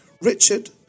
Richard